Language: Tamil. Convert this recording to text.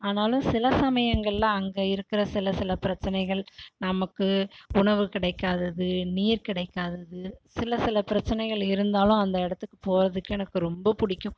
ஆனாலும் சில சமயங்களில் அங்கே இருக்கிற சில சில பிரச்சனைகள் நமக்கு உணவு கிடைக்காதது நீர் கிடைக்காதது சில சில பிரச்சனைகள் இருந்தாலும் அந்த இடத்துக்கு போகிறதுக்கு எனக்கு ரொம்ப பிடிக்கும்